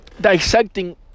dissecting